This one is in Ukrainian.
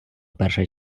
перша